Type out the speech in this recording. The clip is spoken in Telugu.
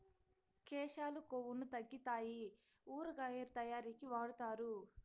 కేశాలు కొవ్వును తగ్గితాయి ఊరగాయ తయారీకి వాడుతారు